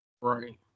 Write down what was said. Right